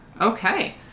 Okay